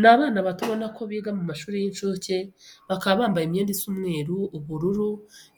Ni abana bato ubona ko biga mu mashuri y'incuke, bakaba bambaye imyenda isa umweru, ubururu,